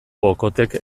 okothek